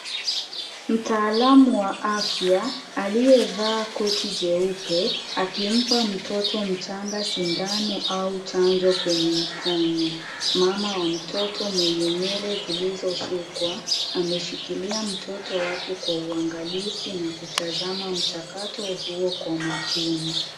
Mtaalamu wa afya, aliyevaa koti jeupe, akimpa mtoto mchanga sindano au chanjo kwenye mkono, maa wa mtoto mwenye nywele zilizo sukwa, ameshikilia mtoto wake kwa uangalifu na kutazama mchakato huo kwa makini.